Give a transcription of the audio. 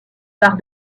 barre